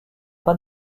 pas